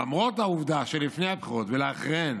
למרות העובדה שלפני הבחירות ולאחריהן